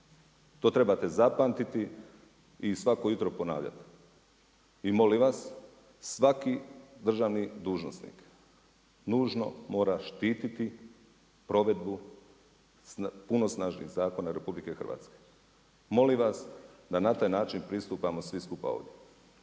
to trebate zapamtiti i svako jutro ponavljati. I molim vas, svaki državni dužnosnik nužno mora štititi provedbu punosnažnih zakona RH. Molim vas da na taj način pristupamo svi skupa ovdje.